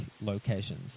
locations